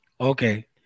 Okay